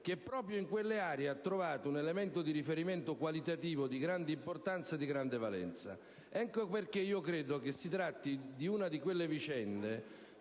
che proprio in quelle aree ha trovato un elemento di riferimento qualitativo di grande importanza e di grande valenza. Ecco perché credo che si tratti di una di quelle vicende